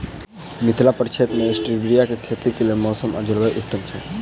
मिथिला प्रक्षेत्र मे स्टीबिया केँ खेतीक लेल मौसम आ जलवायु उत्तम छै?